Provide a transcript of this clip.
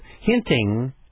hinting